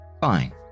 Fine